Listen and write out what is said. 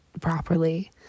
properly